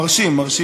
מרשים.